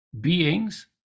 beings